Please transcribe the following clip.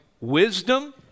wisdom